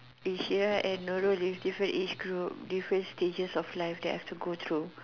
Insyirah and Nurul is different age group different stages of life they have to go through